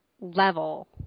level